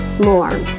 more